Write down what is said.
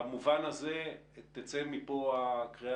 במובן הזה תצא מפה הקריאה,